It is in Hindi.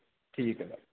ठीक है